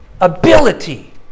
ability